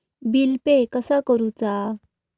Bill pay कसा करुचा?